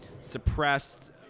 suppressed